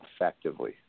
effectively